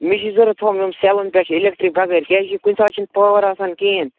مےٚ چھِ ضروٗرت ہُم یِم سیٚلَن پٮ۪ٹھ چھِ اِلٮ۪کٹِرٛک بغٲر کیٛازِکہِ کُنہِ ساتہٕ چھِنہٕ پاوَر آسان کِہیٖنٛۍ